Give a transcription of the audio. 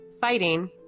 fighting